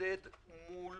ולהתמודד מול